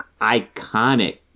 iconic